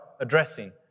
addressing